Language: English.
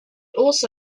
also